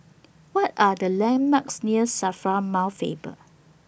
What Are The landmarks near SAFRA Mount Faber